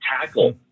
tackle